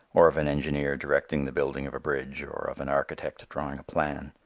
or of an engineer directing the building of a bridge, or of an architect drawing a plan.